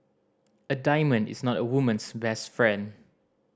a diamond is not a woman's best friend